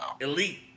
Elite